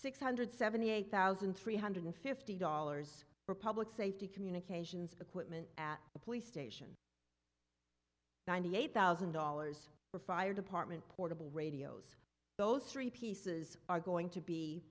six hundred seventy eight thousand three hundred fifty dollars for public safety communications equipment at the police station ninety eight thousand dollars for fire department portable radios those three pieces are going to be